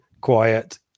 quiet